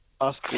Ask